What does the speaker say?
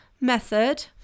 method